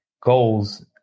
goals